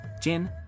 Jin